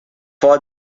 for